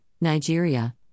Nigeria